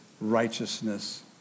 righteousness